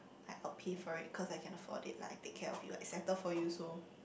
like I'll pay for it cause I can afford it like I take care of you I settle for you so